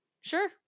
sure